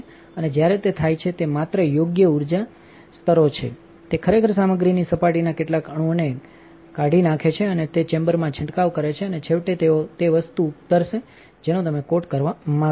અને જ્યારે તે થાય છે તે માત્ર યોગ્ય ઉર્જાગાય સ્તરો છે તે ખરેખર આ સામગ્રીની સપાટીના કેટલાક અણુઓનેકાipsીનાખે છે અને તે ચેમ્બરમાં છંટકાવ કરે છે અને છેવટે તેઓ તે વસ્તુ પર ઉતરશે જેનો તમે કોટ કરવા માંગો છો